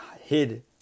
hid